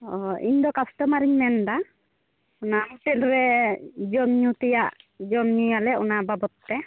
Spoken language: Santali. ᱚᱻ ᱤᱧᱫᱚ ᱠᱟᱥᱴᱚᱢᱟᱨᱮᱧ ᱢᱮᱱᱫᱟ ᱚᱱᱟ ᱦᱳᱴᱮᱞᱨᱮ ᱡᱚᱢᱼᱧᱩ ᱛᱮᱭᱟᱜ ᱡᱚᱢᱼᱧᱩᱭᱟᱞᱮ ᱚᱱᱟ ᱵᱟᱵᱚᱫᱽᱛᱮ